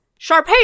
Sharpay